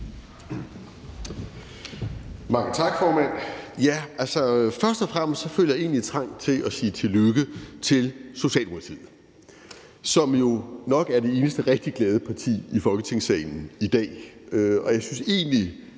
Mange tak, formand. Først og fremmest føler jeg egentlig trang til at sige tillykke til Socialdemokratiet, som jo nok er det eneste rigtig glade parti i Folketingssalen i dag. Jeg synes egentlig,